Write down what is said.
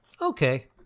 okay